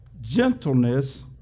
gentleness